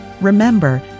Remember